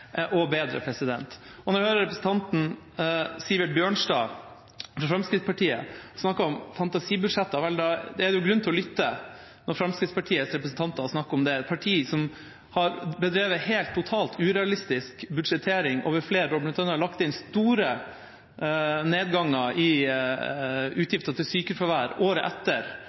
er grunn til å lytte når Fremskrittspartiets representanter snakker om det, et parti som har bedrevet helt, totalt urealistisk budsjettering over flere år og bl.a. lagt inn store reduksjoner i